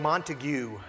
Montague